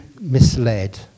misled